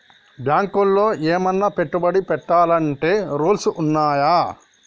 బ్యాంకులో ఏమన్నా పెట్టుబడి పెట్టాలంటే రూల్స్ ఉన్నయా?